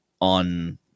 on